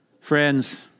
Friends